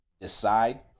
decide